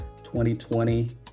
2020